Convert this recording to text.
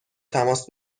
تماس